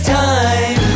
time